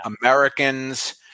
Americans –